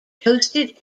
toasted